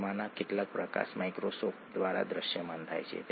તે કેવી રીતે થઈ રહ્યું છે